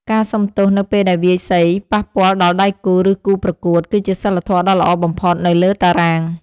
ការសុំទោសនៅពេលដែលវាយសីប៉ះពាល់ដល់ដៃគូ ឬគូប្រកួត គឺជាសីលធម៌ដ៏ល្អបំផុតនៅលើតារាង។